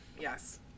Yes